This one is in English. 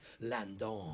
Landon